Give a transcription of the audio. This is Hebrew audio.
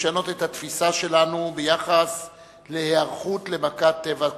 לשנות את התפיסה שלנו ביחס להיערכות למכת טבע כזו.